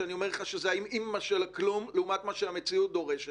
ואני אומר לך שזה האימ-אימא של הכלום לעומת מה שהמציאות דורשת.